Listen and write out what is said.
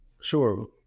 sure